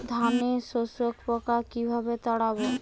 ধানে শোষক পোকা কিভাবে তাড়াব?